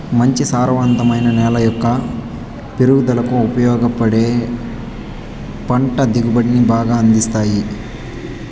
మంచి సారవంతమైన నేల మొక్క పెరుగుదలకు ఉపయోగపడి పంట దిగుబడిని బాగా అందిస్తాది